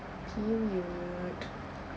period